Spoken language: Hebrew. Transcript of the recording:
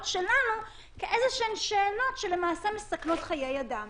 שלנו כאיזשהן שאלות שלמעשה מסכנות חיי אדם.